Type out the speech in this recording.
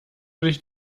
dich